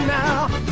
now